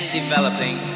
developing